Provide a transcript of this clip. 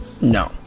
No